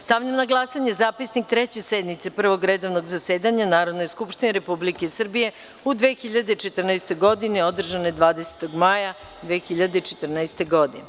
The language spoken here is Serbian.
Stavljam na glasanje Zapisnik Treće sednice Prvog redovnog zasedanja Narodne skupštine Republike Srbije u 2014. godini, održane 20. maja 2014. godine.